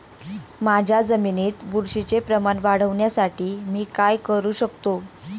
माझ्या जमिनीत बुरशीचे प्रमाण वाढवण्यासाठी मी काय करू शकतो?